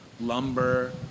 lumber